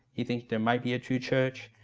he thinks there might be a true church,